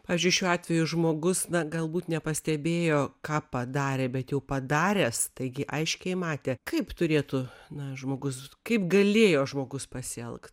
pavyzdžiui šiuo atveju žmogus na galbūt nepastebėjo ką padarė bet jau padaręs taigi aiškiai matė kaip turėtų na žmogus kaip galėjo žmogus pasielgt